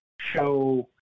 show